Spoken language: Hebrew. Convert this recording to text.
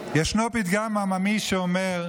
ישנו פתגם עממי שאומר: